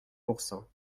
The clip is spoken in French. pourcent